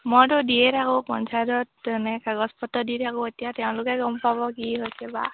মইতো দিয়ে থাকোঁ পঞ্চায়তত তেনেকৈ কাগজ পত্ৰ দি থাকোঁ এতিয়া তেওঁলোকে গম পাব কি হৈছে বা